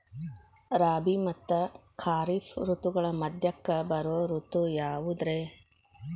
ರಾಬಿ ಮತ್ತ ಖಾರಿಫ್ ಋತುಗಳ ಮಧ್ಯಕ್ಕ ಬರೋ ಋತು ಯಾವುದ್ರೇ?